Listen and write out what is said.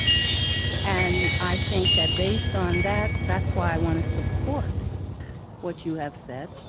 and i think that based on that, that's why i want to support what you have said,